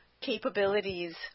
capabilities